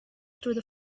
through